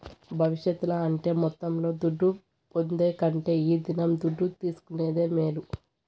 భవిష్యత్తుల అంటే మొత్తంలో దుడ్డు పొందే కంటే ఈ దినం దుడ్డు తీసుకునేదే మేలు